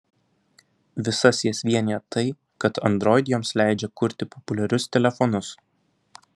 visas jas vienija tai kad android joms leidžia kurti populiarius telefonus